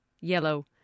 Yellow